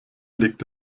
legt